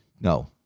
No